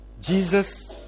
Jesus